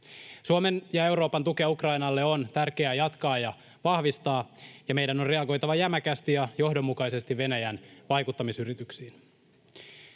Suomen ja Euroopan tukea Ukrainalle on tärkeää jatkaa ja vahvistaa, ja meidän on reagoitava jämäkästi ja johdonmukaisesti Venäjän vaikuttamisyrityksiin.